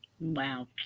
Wow